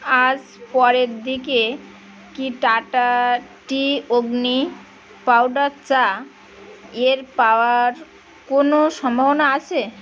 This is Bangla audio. আজ পরের দিকে কি টাটা টি অগ্নি পাউডার চা এর পাওয়ার কোনও সম্ভাবনা আছে